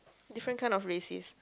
different kind of racist